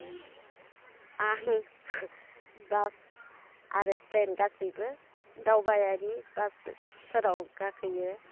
आं बास आरो ट्रेन गासिबो दावबायारि बासफोराव गाखोयो